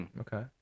Okay